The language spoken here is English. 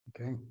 okay